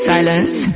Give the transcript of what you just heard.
Silence